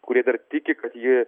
kurie dar tiki kad ji